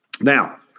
Now